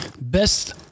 best